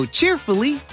cheerfully